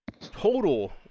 total